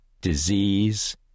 disease